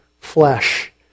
flesh